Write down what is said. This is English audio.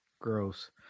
Gross